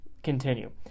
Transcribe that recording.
continue